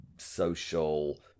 Social